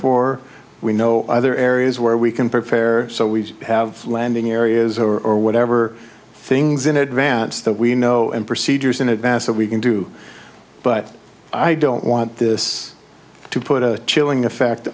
for we know other areas where we can prepare so we have landing areas or whatever things in advance that we know and procedures in advance that we can do but i don't want this to put a chilling effect